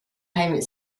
payment